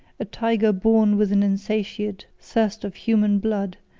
a tiger born with an insatiate thirst of human blood,